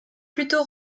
plutôt